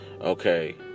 okay